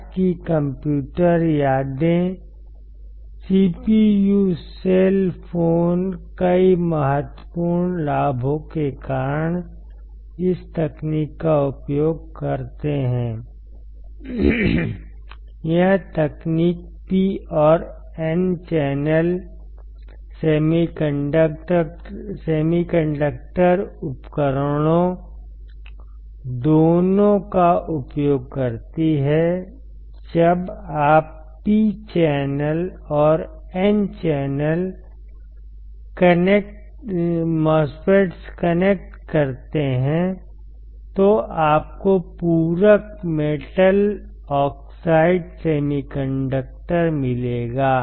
आज की कंप्यूटर यादें CPU सेल फोन कई महत्वपूर्ण लाभों के कारण इस तकनीक का उपयोग करते हैं यह तकनीक P और N चैनल सेमीकंडक्टर उपकरणों दोनों का उपयोग करती है जब आप P चैनल और N चैनल MOSFETs कनेक्ट करते हैं तो आपको पूरक मेटल ऑक्साइड सेमीकंडक्टर मिलेगा